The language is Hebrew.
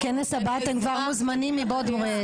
לכנס הבא אתם כבר מוזמנים מבעוד מועד.